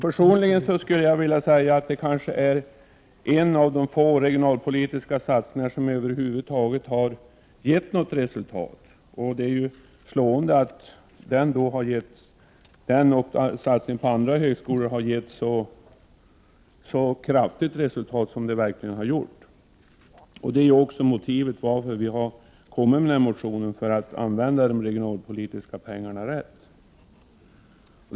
Personligen skulle jag vilja säga att det kanske är en av de få regionalpolitiska satsningar som över huvud taget har gett något resultat. Det är slående att satsningen på denna högskola liksom på andra högskolor gett så goda resultat. Det är också motivet till att vi har väckt vår motion. Vi vill att de regionalpolitiska medlen skall användas på rätt sätt.